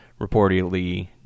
reportedly